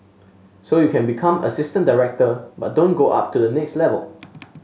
so you can become assistant director but don't go up to the next level